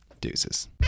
Deuces